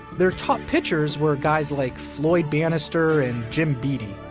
their top pitchers were guys like floyd bannister and jim beattie.